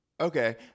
Okay